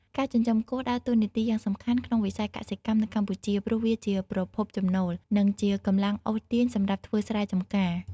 ការចិញ្ចឹមគោដើរតួនាទីយ៉ាងសំខាន់ក្នុងវិស័យកសិកម្មនៅកម្ពុជា ព្រោះវាជាប្រភពចំណូល និងជាកម្លាំងអូសទាញសម្រាប់ធ្វើស្រែចម្ការ។